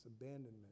abandonment